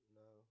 no